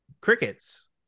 crickets